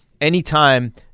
anytime